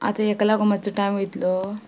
आतां हेका लागो मात्सो टायम वयतलो